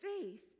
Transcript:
faith